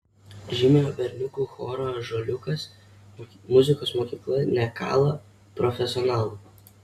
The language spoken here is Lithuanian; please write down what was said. žymiojo berniukų choro ąžuoliukas muzikos mokykla nekala profesionalų